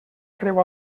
creu